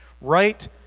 right